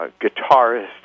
guitarist